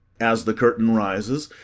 as the curtain rises,